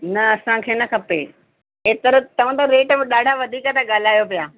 न असांखे न खपे एतिरा तव्हांजा रेट ॾाढा वधीक था ॻाल्हायो पिया